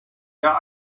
der